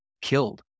killed